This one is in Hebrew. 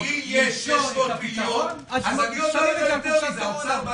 אם לי יש 600 מיליון --- האוצר בא